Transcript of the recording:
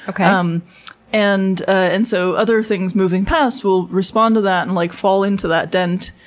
um and and so other things moving past will respond to that and like fall into that dent.